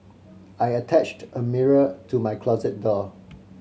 I attached a mirror to my closet door